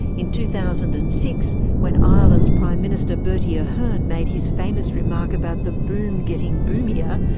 in two thousand and six, when ireland's prime minister, bertie ahern made his famous remark about the boom getting boomier,